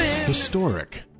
Historic